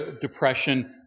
depression